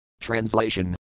Translation